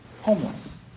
homeless